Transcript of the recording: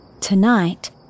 Tonight